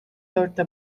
dörtte